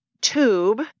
tube